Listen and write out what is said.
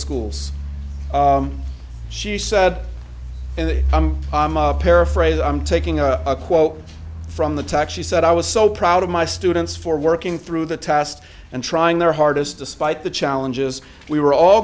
schools she said and i'm paraphrasing i'm taking a quote from the top she said i was so proud of my students for working through the test and trying their hardest despite the challenges we were all